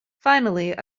finally